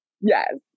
Yes